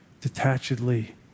detachedly